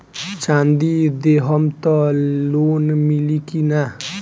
चाँदी देहम त लोन मिली की ना?